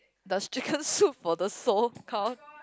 does chicken soup for the soul count